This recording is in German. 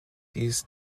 dies